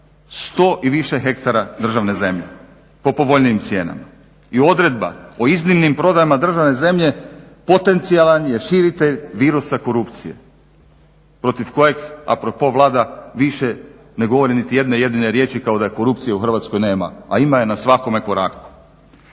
100 i više hektara državne zemlje po povoljnijim cijenama. I odredba o iznimnim prodajama državne zemlje potencijalan je širitelj virusa korupcije protiv kojeg a propos Vlada više ne govori niti jedne jedine riječi kao da korupcije u Hrvatskoj nema, a ima je na svakome koraku.